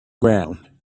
ground